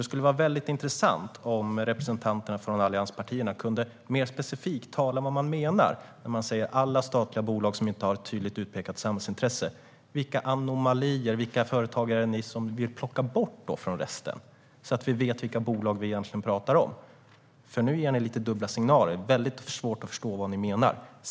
Det skulle vara intressant om representanterna från allianspartierna kunde mer specifikt tala om vad man menar när man talar om alla statliga bolag som inte har ett tydligt utpekat samhällsintresse. Vilka anomalier - företag - vill ni plocka bort, så att vi vet vilka bolag vi egentligen pratar om? Nu ger ni lite dubbla signaler. Det är svårt att förstå vad ni menar.